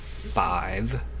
five